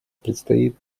предстоит